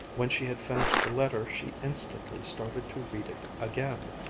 when she had finished the letter she instantly started to read it again,